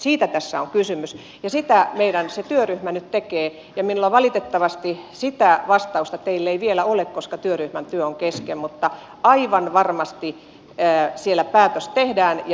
siitä tässä on kysymys ja sitä se meidän työryhmämme nyt tekee ja minulla valitettavasti sitä vastausta teille ei vielä ole koska työryhmän työ on kesken mutta aivan varmasti siellä päätös tehdään ja sen mukaan toimitaan